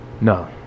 No